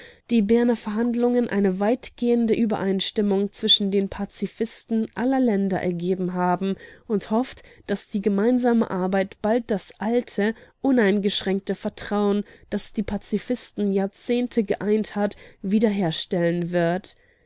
die berner verhandlungen eine weitgehende übereinstimmung zwischen den pazifisten aller länder ergeben haben und hofft daß die gemeinsame arbeit bald das alte uneingeschränkte vertrauen das die pazifisten jahrzehnte geeint hat wiederherstellen wird